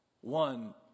one